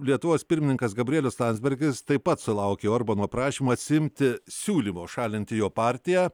lietuvos pirmininkas gabrielius landsbergis taip pat sulaukė orbano prašymo atsiimti siūlymo šalinti jo partiją